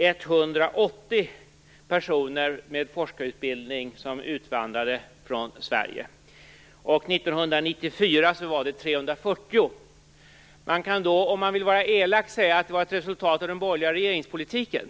Vill man vara elak kan man då säga att det var ett resultat av den borgerliga regeringspolitiken.